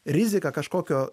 rizika kažkokio